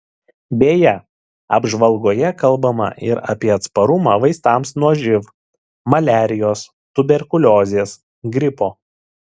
beje apžvalgoje kalbama ir apie atsparumą vaistams nuo živ maliarijos tuberkuliozės gripo